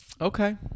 Okay